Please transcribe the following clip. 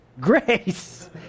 Grace